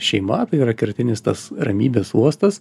šeima yra kertinis tas ramybės uostas